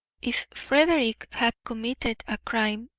if frederick had committed a crime,